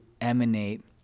emanate